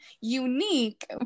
unique